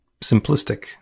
simplistic